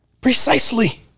Precisely